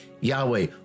Yahweh